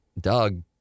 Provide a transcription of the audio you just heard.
Doug